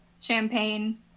Champagne